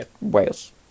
Wales